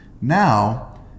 Now